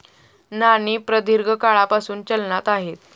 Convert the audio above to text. नाणी प्रदीर्घ काळापासून चलनात आहेत